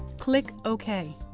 click ok.